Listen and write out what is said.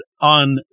on